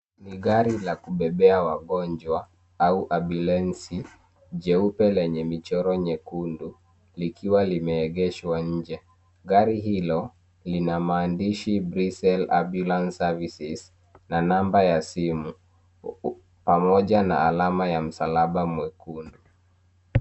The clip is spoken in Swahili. Ni gari la kubebea wagonjwa au ambulensi jeupe lenye michoro nyekundu likiwa limeegeshwa nje. Gari hilo lina maandishi Breesl ambulance services na namba ya simu pamoja ana alma ya msalaba mwekundu.